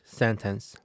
sentence